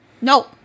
No